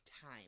time